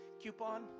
coupon